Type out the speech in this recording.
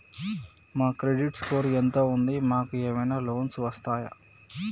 మా credit score ఎంత ఉంది? మాకు ఏమైనా లోన్స్ వస్తయా?